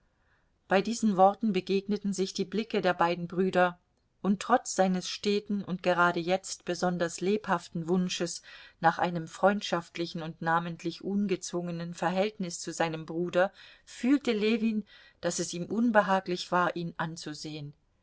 bei diesen worten begegneten sich die blicke der beiden brüder und trotz seines steten und gerade jetzt besonders lebhaften wunsches nach einem freundschaftlichen und namentlich ungezwungenen verhältnis zu seinem bruder fühlte ljewin daß es ihm unbehaglich war ihn anzusehen